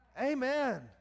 Amen